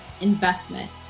investment